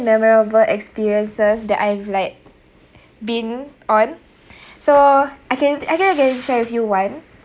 memorable experiences that I've like been on so I can I think I can share with you one